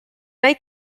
neu